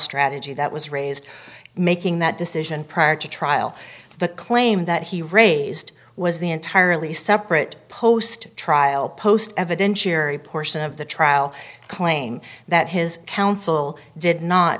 strategy that was raised making that decision prior to trial the claim that he raised was the entirely separate post trial post evidentiary portion of the trial claim that his counsel did not